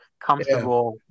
comfortable